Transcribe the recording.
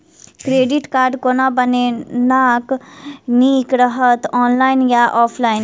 Credit card कोना बनेनाय नीक रहत? ऑनलाइन आ की ऑफलाइन?